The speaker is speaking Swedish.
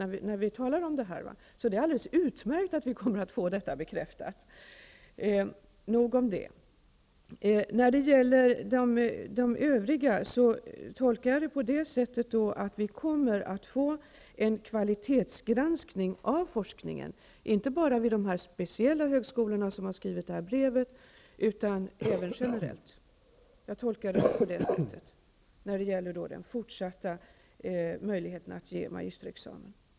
Därför är det alldeles utmärkt att vi kommer att få detta bekräftat. Nog om detta. Jag tolkar det som att vi kommer att få en kvalitetsgranskning när det gäller forskningen, inte bara vid de speciella högskolorna som står bakom det här brevet, utan även generellt i fråga om de fortsatta möjligheterna att ge magisterexamen.